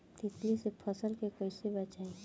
तितली से फसल के कइसे बचाई?